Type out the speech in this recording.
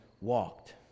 walked